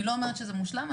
אני לא אומרת שזה מושלם,